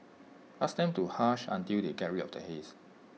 ask them to hush until they get rid of the haze